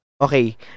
Okay